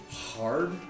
hard